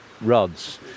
rods